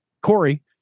Corey